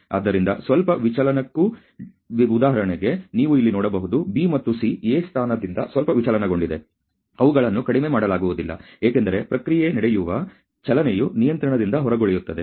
ಆದ್ದರಿಂದ ಸ್ವಲ್ಪ ವಿಚಲನಕ್ಕೂ ಉದಾಹರಣೆಗೆ ನೀವು ಇಲ್ಲಿ ನೋಡಬಹುದು B ಮತ್ತು C A ಸ್ಥಾನದಿಂದ ಸ್ವಲ್ಪ ವಿಚಲನಗೊಂಡಿದೆ ಅವುಗಳನ್ನು ಕಡಿಮೆ ಮಾಡಲಾಗುವುದಿಲ್ಲ ಏಕೆಂದರೆ ಪ್ರಕ್ರಿಯೆ ನಡೆಯುವ ಚಲನೆಯು ನಿಯಂತ್ರಣದಿಂದ ಹೊರಗುಳಿಯುತ್ತದೆ